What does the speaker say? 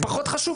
פחות חשוב?